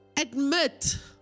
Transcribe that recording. Admit